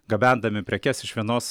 gabendami prekes iš vienos